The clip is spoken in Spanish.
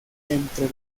entre